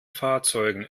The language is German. fahrzeugen